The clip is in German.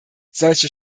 solche